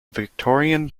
victorian